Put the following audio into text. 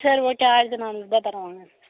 சரி ஓகே ஆயிரத்து நானூறுரூபா தர்றேன் வாங்க